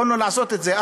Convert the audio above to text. יכולנו לעשות את זה,